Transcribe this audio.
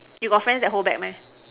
you got friends that hold back meh